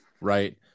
Right